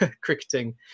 cricketing